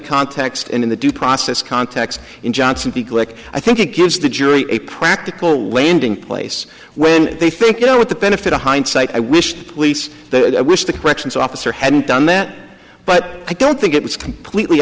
context and in the due process contests yes in johnson b glick i think it gives the jury a practical landing place when they think you know what the benefit of hindsight i wish to police that i wish the corrections officer hadn't done that but i don't think it was completely